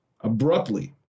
abruptly